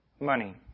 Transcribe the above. money